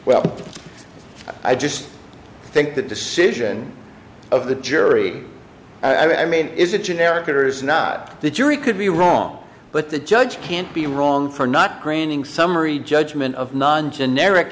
well i just think the decision of the jury i mean is it generically or is not the jury could be wrong but the judge can't be wrong for not granting summary judgment of non generic